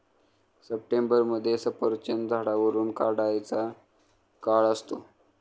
सप्टेंबरमध्ये सफरचंद झाडावरुन काढायचा काळ असतो